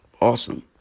awesome